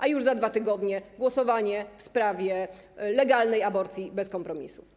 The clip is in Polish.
A już za 2 tygodnie - głosowanie w sprawie legalnej aborcji bez kompromisów.